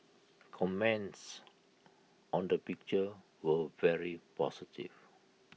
comments on the picture were very positive